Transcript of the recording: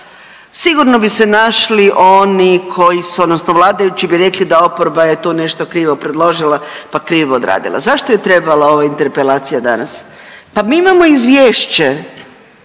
sigurno bi se našli oni koji, odnosno vladajući bi rekli da oporba je tu nešto krivo predložila pa krivo odradila. Zašto je trebala ova Interpelacija danas? Pa mi imamo izvješće